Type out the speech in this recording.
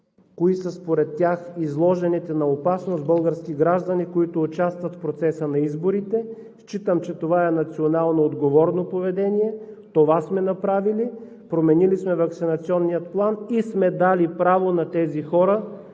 кои са според тях изложените на опасност български граждани, които участват в процеса на изборите. Считам, че това е национално отговорно поведение. Това сме направили – променили сме ваксинационния план и сме дали право на тези хора